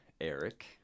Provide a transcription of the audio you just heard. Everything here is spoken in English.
Eric